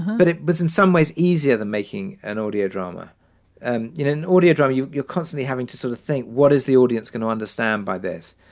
but it was in some ways easier than making an audio drama and in an audio drama. you're you're constantly having to sort of think, what is the audience going to understand by this?